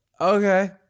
okay